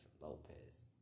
Lopez